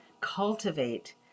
cultivate